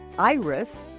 iris,